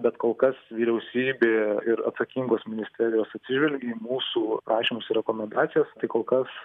bet kol kas vyriausybė ir atsakingos ministerijos atsižvelgė į mūsų prašymus ir rekomendacijas tai kol kas